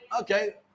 Okay